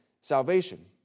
salvation